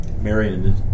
Marion